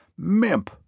Mimp